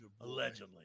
Allegedly